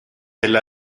tel